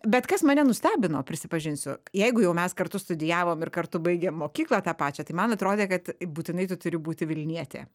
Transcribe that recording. bet kas mane nustebino prisipažinsiu jeigu jau mes kartu studijavom ir kartu baigėm mokyklą tą pačią tai man atrodė kad būtinai tu turi būti vilnietė